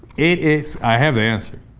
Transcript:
is i have answered